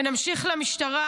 ונמשיך למשטרה.